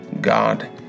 god